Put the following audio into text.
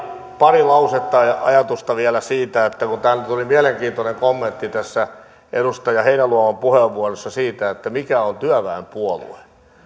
pari lausetta ja ajatusta vielä siitä kun täältä tuli mielenkiintoinen kommentti tässä edustaja heinäluoman puheenvuorossa siitä mikä on työväenpuolue